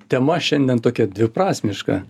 tema šiandien tokia dviprasmiška